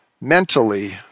mentally